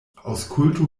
aŭskultu